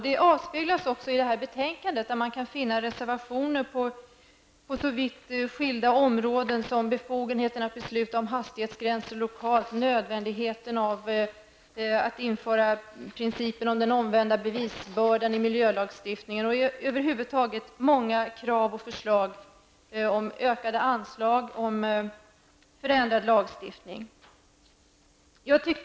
Det avspeglas också i betänkandet, där man kan finna reservationer på så vitt skilda områden som befogenheten att besluta om hastighetsbegränsning lokalt och nödvändigheten av att införa principen om den omvända bevisbördan i miljölagstiftning. Det finns över huvud taget många krav och förslag om ökade anslag och om förändrad lagstiftning.